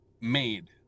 made